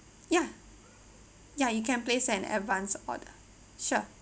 ya ya you can place an advance order sure